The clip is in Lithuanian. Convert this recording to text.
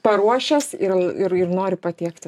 paruošęs ir ir ir noriu patiektas